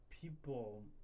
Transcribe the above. People